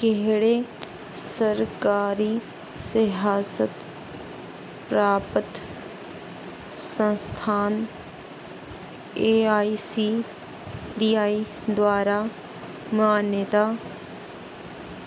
केह्ड़े सरकारी सेहासत प्राप्त संस्थान एआईसीटीई द्वारा मान्यता